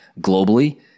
globally